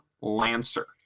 Lancer